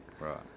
Right